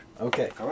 Okay